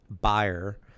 buyer